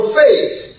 faith